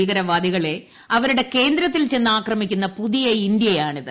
ഭീകരവാദികളെ അവരുടെ കേന്ദ്രത്തിൽ ചെന്ന് ആക്രമിക്കുന്ന പുതിയ ഇന്ത്യയാണിത്